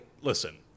listen